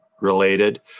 related